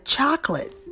chocolate